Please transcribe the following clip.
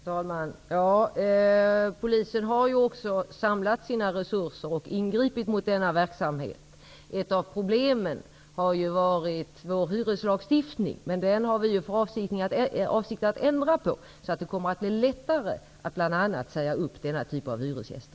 Fru talman! Polisen har ju också samlat sina resurser och ingripit mot denna verksamhet. Ett av problemen har varit vår hyreslagstiftning, men den har vi ju för avsikt att ändra på. Då kommer det bl.a. att bli lättare att säga upp denna typ av hyresgäster.